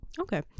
Okay